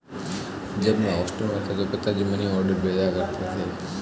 जब मैं हॉस्टल में था तो पिताजी मनीऑर्डर भेजा करते थे